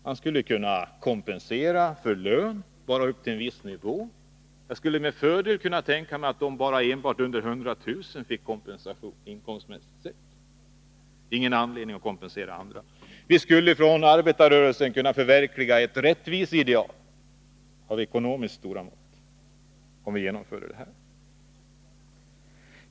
Man skulle kunna kompensera för lönebortfall bara upp till en viss nivå. Jag skulle kunna tänka mig kompensation enbart till dem som har under 100 000 kr. i årsinkomst. Det finns ingen anledning att kompensera andra. Vi skulle från arbetarrörelsen kunna förverkliga ett rättviseideal av ekonomiskt stora mått, om vi genomförde den här arbetstidsförkortningen.